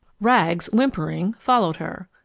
rags, whimpering, followed her.